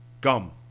Gum